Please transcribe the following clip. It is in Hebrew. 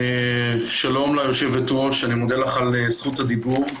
שלום ליושבת-ראש, אני מודה לך על זכות הדיבור.